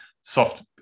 soft